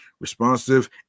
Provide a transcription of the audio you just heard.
Responsive